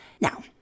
Now